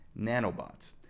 Nanobots